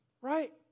Right